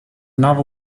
novel